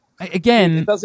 Again